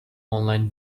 online